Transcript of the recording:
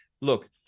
look